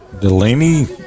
Delaney